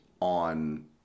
on